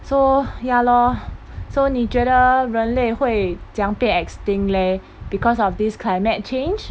so ya lor so 你觉得人类会怎样被 extinct leh because of this climate change